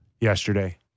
yesterday